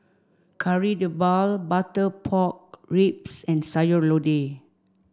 Kari Debal Butter Pork Ribs and Sayur Lodeh